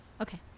Okay